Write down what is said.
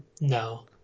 No